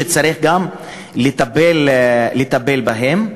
וצריך גם לטפל בהם,